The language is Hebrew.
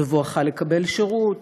בבואך לקבל שירות.